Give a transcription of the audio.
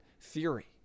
theory